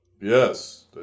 yes